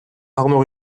arnaud